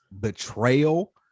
betrayal